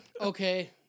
okay